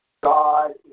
God